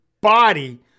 body